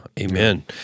Amen